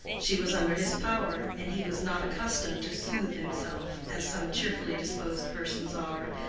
she was under his power, and he was not accustomed to soothe himself, as some cheerfully-disposed persons are,